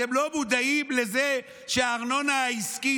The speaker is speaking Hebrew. אתם לא מודעים לזה שהארנונה העסקית,